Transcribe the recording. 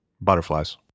butterflies